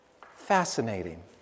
Fascinating